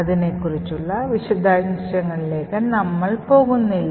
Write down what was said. അതിനെക്കുറിച്ചുള്ള വിശദാംശങ്ങളിലേക്ക് നമ്മൾ പോകുന്നില്ല